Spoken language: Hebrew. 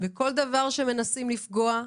וכל דבר שמנסה לפגוע בכם.